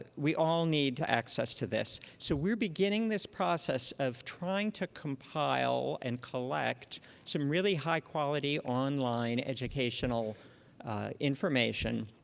ah we all need access to this. so we're beginning this process of trying to compile and collect some really high quality online educational information.